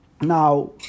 Now